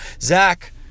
Zach